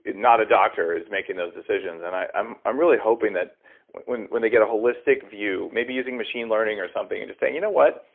not a doctor, is making those decisions and i'm i'm really hoping that when when they get a holistic view, maybe using machine learning or something and just say, you know what,